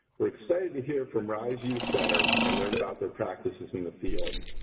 we're excited to hear from ryse youth center and learn about their practices in the field.